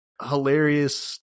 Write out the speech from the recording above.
Hilarious